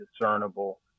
discernible